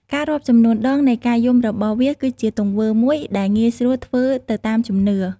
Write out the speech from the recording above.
ការរាប់ចំនួនដងនៃការយំរបស់វាគឺជាទង្វើមួយដែលងាយស្រួលធ្វើទៅតាមជំនឿ។